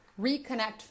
reconnect